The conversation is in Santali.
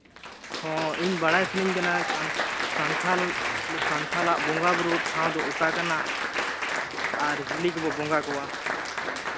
ᱦᱚᱸ ᱤᱧ ᱵᱟᱲᱟᱭ ᱥᱟᱱᱟᱧ ᱠᱟᱱᱟ ᱥᱟᱱᱛᱟᱲ ᱥᱟᱱᱛᱟᱲᱟᱜ ᱵᱚᱸᱜᱟᱼᱵᱩᱨᱩ ᱴᱷᱟᱶ ᱫᱚ ᱚᱠᱟ ᱠᱟᱱᱟ ᱟᱨ ᱪᱤᱞᱤ ᱠᱚᱵᱚᱱ ᱵᱚᱸᱜᱟ ᱠᱚᱣᱟ